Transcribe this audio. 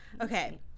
Okay